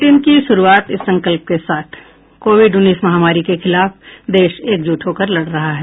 bulletin की शुरूआत इस संकल्प के साथ कोविड उन्नीस महामारी के खिलाफ देश एकजुट होकर लड़ रहा है